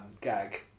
gag